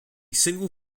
single